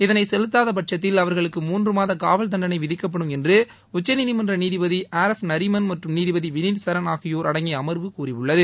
இதனை செலுத்தாதபட்சத்தில் அவர்களுக்கு மூன்று மாத காவல் தண்டனை விதிக்கப்படும் என்று உச்சநீதிமன்ற நீதிபதி ஆர் எஃப் நரிமன் மற்றும் நீதிபதி விளித் சரண் ஆகியோர் அடங்கிய அமர்வு கூறியுள்ளது